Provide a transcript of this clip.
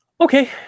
okay